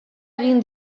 egin